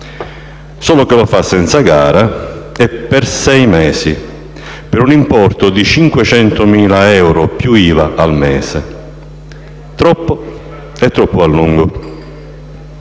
Solo che lo fa senza gara e per sei mesi, per un importo di 500.000 euro più IVA al mese: troppo e troppo a lungo.